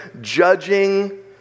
judging